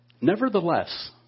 Nevertheless